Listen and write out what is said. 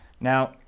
now